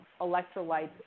electrolytes